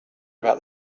about